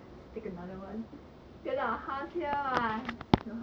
sometimes the bus go I just like ah okay just take another one